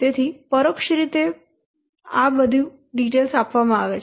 તેથી પરોક્ષ રીતે બધા આપવામાં આવે છે